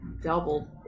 Double